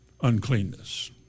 uncleanness